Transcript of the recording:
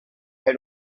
had